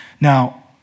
Now